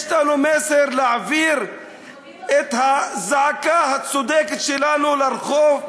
יש לנו מסר להעביר את הזעקה הצודקת שלנו לרחוב,